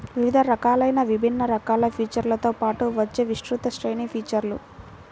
వివిధ రకాలైన విభిన్న రకాల ఫీచర్లతో పాటు వచ్చే విస్తృత శ్రేణి ఫీచర్లు